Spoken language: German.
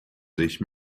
sich